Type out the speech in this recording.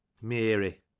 Mary